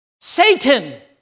Satan